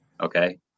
Okay